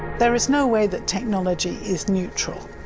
there is no way that technology is neutral.